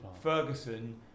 Ferguson